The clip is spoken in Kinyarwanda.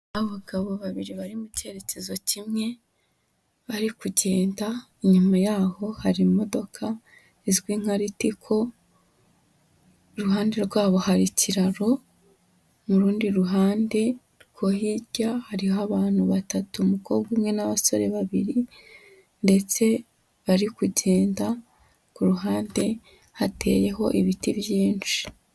Abagabo babiri bari mu cyerekezo kimwe, bari kugenda, inyuma yaho hari imodoka izwi nka ritiko, iruhande rwabo hari ikiraro, mu rundi ruhande, rwo hirya hariho abantu batatu umukobwa umwe n'abasore babiri ndetse bari kugenda, ku ruhande hateyeho ibiti byinshi.